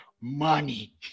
money